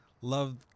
love